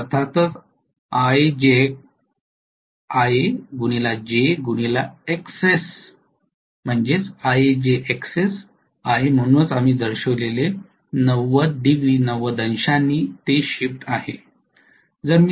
हे अर्थातच IajXs आहे म्हणूनच आम्ही दर्शविलेले 90 डिग्री शिफ्ट आहे